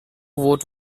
vote